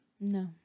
No